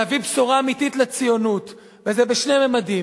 להביא בשורה אמיתית לציונות, וזה בשני ממדים: